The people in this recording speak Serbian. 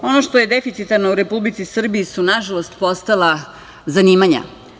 Ono što je deficitarno u Republici Srbiji su, nažalost, postala zanimanja.